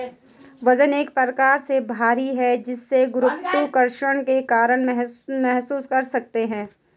वजन एक प्रकार से भार है जिसे गुरुत्वाकर्षण के कारण महसूस कर सकते है